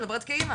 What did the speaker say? אני מדברת כאמא,